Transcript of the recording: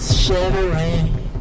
shivering